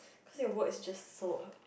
cause your watch is just so